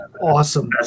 awesome